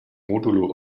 modulo